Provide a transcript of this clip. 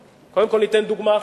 קודם כול ניתן דוגמה,